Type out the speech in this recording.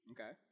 Okay